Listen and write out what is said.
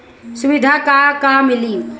सुविधा का का मिली?